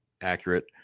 accurate